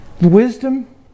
Wisdom